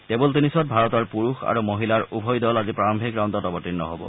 table টেনিছত ভাৰতৰ পুৰুষ আৰু মহিলাৰ উভয় দল আজি প্ৰাৰম্ভিক ৰাউণ্ডত অৱতীৰ্ণ হব